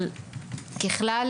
אבל ככלל,